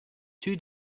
two